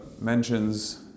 mentions